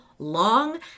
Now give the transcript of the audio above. long